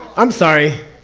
i'm sorry.